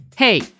Hey